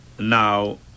Now